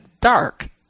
dark